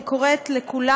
אני קוראת לכולם,